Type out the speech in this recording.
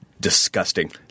disgusting